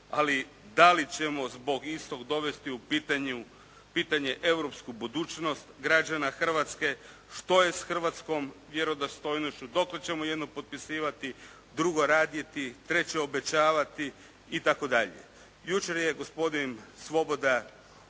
ali da li ćemo zbog istog dovesti u pitanje europsku budućnost građana Hrvatske, što je s hrvatskom vjerodostojnošću, dokle ćemo jedno potpisivati, drugo raditi, treće obećavati, itd. Jučer je gospodin Svoboda